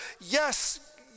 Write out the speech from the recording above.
Yes